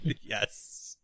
Yes